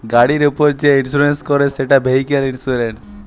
গাড়ির উপর যে ইন্সুরেন্স করে সেটা ভেহিক্যাল ইন্সুরেন্স